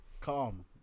calm